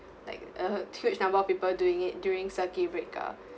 like uh huge number of people doing it during circuit breaker